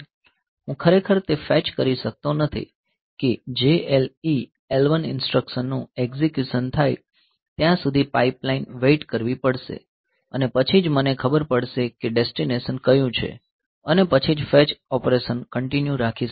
હું ખરેખર તે ફેચ કરી શકતો નથી કે JLE L1 ઇન્સટ્રકશનનું એકઝીક્યુશન થાય ત્યાં સુધી પાઈપલાઈનને વેઇટ કરવી પડશે અને પછી જ મને ખબર પડશે કે ડેસ્ટિનેશન કયું છે અને પછી જ ફેચ ઓપરેશન કંટીન્યુ રાખી શકાશે